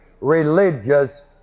religious